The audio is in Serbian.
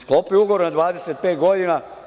Sklopio je ugovor na 25 godina.